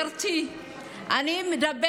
אבל זה לא נכון.